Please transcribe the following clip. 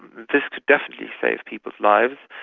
this could definitely save people's lives.